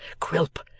quilp,